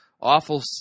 awful